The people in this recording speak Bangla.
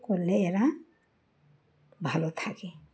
করলে এরা ভালো থাকে